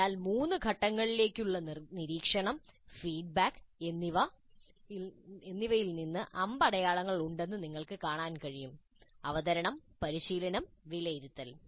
അതിനാൽ മൂന്ന് ഘട്ടങ്ങളിലേക്കുള്ള നിരീക്ഷണം ഫീഡ്ബാക്ക് എന്നിവയിൽ നിന്ന് അമ്പടയാളങ്ങൾ ഉണ്ടെന്ന് നിങ്ങൾക്ക് കാണാൻ കഴിയും അവതരണം പരിശീലനം വിലയിരുത്തൽ